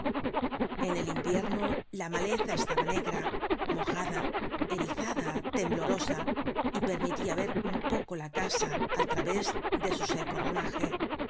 en el invierno la maleza estaba negra mojada erizada temblorosa y permitia ver un poco la casa al través de su seco ramaje en